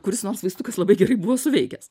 kuris nors vaistukas labai gerai buvo suveikęs